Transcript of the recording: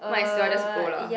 might as well just go lah